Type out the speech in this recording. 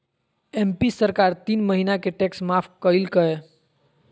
MP सरकार तीन महीना के टैक्स माफ कइल कय